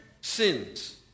sins